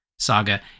Saga